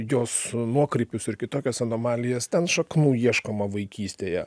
jos nuokrypius ir kitokias anomalijas ten šaknų ieškoma vaikystėje